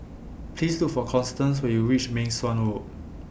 Please Look For Constance when YOU REACH Meng Suan Road